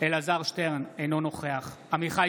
אלעזר שטרן, אינו נוכח עמיחי